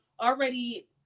already